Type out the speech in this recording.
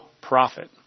profit